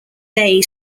day